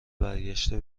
برگشته